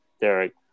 Derek